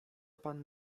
pan